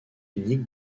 unique